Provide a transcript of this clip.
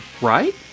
right